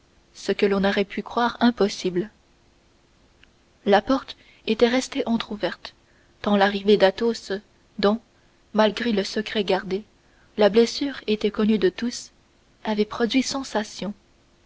ce que l'on aurait pu croire impossible la porte était restée entrouverte tant l'arrivée d'athos dont malgré le secret gardé la blessure était connue de tous avait produit